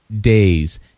days